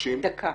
דקה.